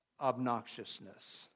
obnoxiousness